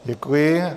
Děkuji.